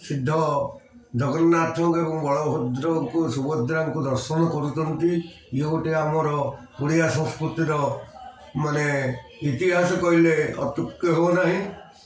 ସିଦ୍ଧ ଜଗନ୍ନାଥଙ୍କୁ ଏବଂ ବଳଭଦ୍ରଙ୍କୁ ସୁଭଦ୍ରାଙ୍କୁ ଦର୍ଶନ କରୁଛନ୍ତି ଇଏ ଗୋଟେ ଆମର ଓଡ଼ିଆ ସଂସ୍କୃତିର ମାନେ ଇତିହାସ କହିଲେ ଅତ୍ୟୁକ୍ତି ହବନାହିଁ